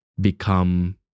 become